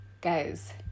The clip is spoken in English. guys